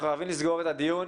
אנחנו חייבים לסגור את הדיון.